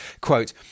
Quote